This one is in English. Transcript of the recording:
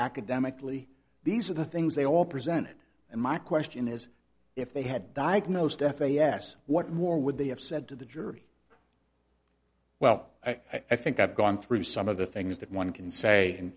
academically these are the things they all presented and my question is if they had diagnosed f a s what more would they have said to the jury well i think i've gone through some of the things that one can say